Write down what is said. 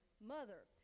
mother